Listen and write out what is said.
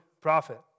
prophet